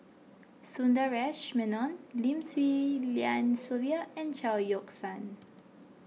Sundaresh Menon Lim Swee Lian Sylvia and Chao Yoke San